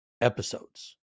episodes